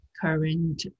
current